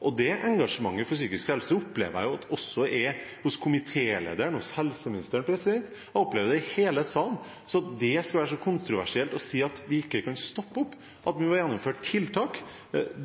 opp. Dette engasjementet for psykisk helse opplever jeg at også er hos komitélederen, hos helseministeren – jeg opplever det i hele salen – så at det skulle være så kontroversielt å si at vi ikke kan stoppe opp, at vi må gjennomføre tiltak,